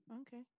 okay